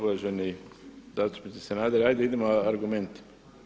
Uvaženi zastupniče Sanader, hajde idemo argumentima.